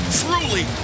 truly